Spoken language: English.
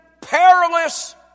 perilous